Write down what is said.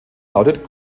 lautet